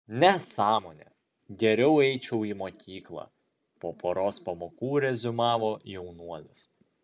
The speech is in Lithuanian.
nesąmonė geriau eičiau į mokyklą po poros pamokų reziumavo jaunuolis